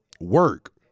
Work